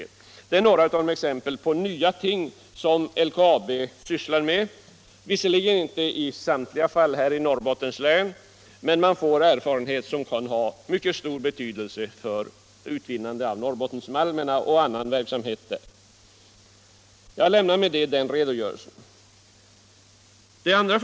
Detta är några exempel på nya ting som LKAB sysslar med — visserligen inte i samtliga fall i Norrbottens län. Man får emellertid erfarenhet som kan ha mycket stor betydelse för utvinnande av Norrbottensmalmerna och för annan verksamhet i Norrbotten. Jag lämnar med detta den ifrågavarande redogörelsen.